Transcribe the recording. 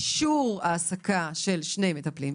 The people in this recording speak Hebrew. יש אישור העסקה של שני מטפלים,